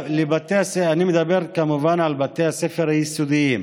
אני מדבר כמובן על בתי הספר היסודיים.